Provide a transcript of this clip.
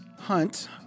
Hunt